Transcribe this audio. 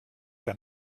der